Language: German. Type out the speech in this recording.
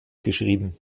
geschrieben